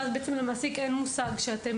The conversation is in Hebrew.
ככה שלמעסיק באופן הזה אין מושג שאתם